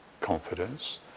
confidence